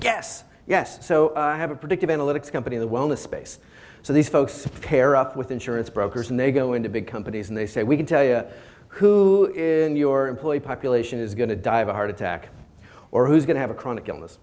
guess yes so i have a predictive analytics company the wellness space so these folks pair up with insurance brokers and they go into big companies and they say we can tell you who in your employ population is going to die of a heart attack or who's going to have a chronic illness